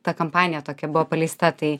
ta kampanija tokia buvo paleista tai